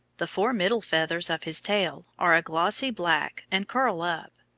the four middle feathers of his tail are a glossy black and curl up.